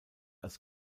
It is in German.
als